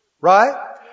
Right